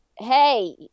Hey